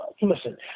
listen